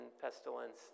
pestilence